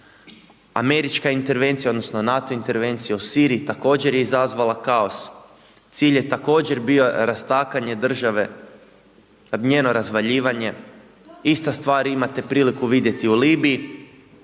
američka intervencija, odnosno, NATO intervencija u Siriji, također je izazvala kaos, cilj je također bio rastakanje države, njeno razvaljivanje. Ista stvar imate priliku vidjeti u Libiji.